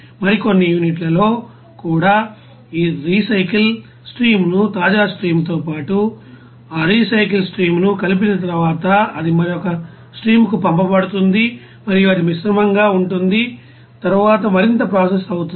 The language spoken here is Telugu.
మరికొన్ని యూనిట్లలో కూడా ఆ రీసైకిల్ స్ట్రీమ్ను తాజా స్ట్రీమ్తో పాటు ఆ రీసైకిల్ స్ట్రీమ్ను కలిపిన తరువాత అది మరొక స్ట్రీమ్కు పంపబడుతుంది మరియు అది మిశ్రమంగా ఉంటుంది మరియు తరువాత మరింత ప్రాసెస్ అవుతుంది